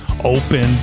open